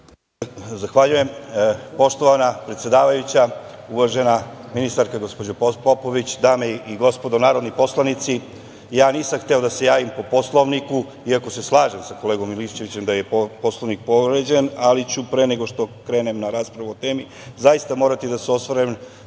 Zahvaljujem poštovana predsedavajuća. Uvažena ministarka, gospođo Popović, dame i gospodo narodni poslanici, nisam hteo da se javim po Poslovniku, iako se slažem sa kolegom Milićevićem da je Poslovnik povređen, ali ću pre nego što krenem na raspravu o temi zaista morati da se osvrnem